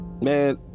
man